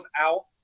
out